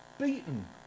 beaten